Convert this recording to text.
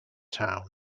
town